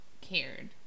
cared